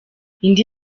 indi